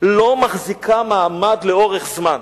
לא מחזיקה מעמד לאורך זמן.